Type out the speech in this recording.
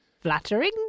Flattering